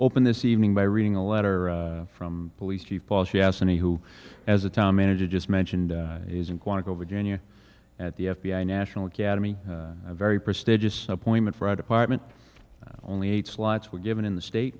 open this evening by reading a letter from police chief paul she asked me who as a town manager just mentioned is in quantico virginia at the f b i national academy very prestigious appointment for our department only eight slots were given in the state